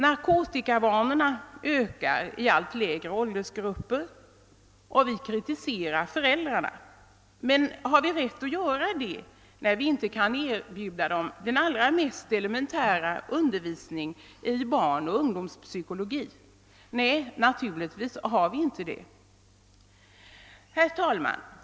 Narkotikaovanorna ökar i allt lägre åldersgrupper. Vi kritiserar föräldrarna, men har vi rätt att göra det, när vi inte kan erbjuda dem ens elementär undervisning i barnoch ungdomspsykologi? Nej, naturligtvis har vi inte det! Herr talman!